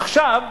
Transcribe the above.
עכשיו,